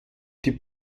die